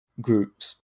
groups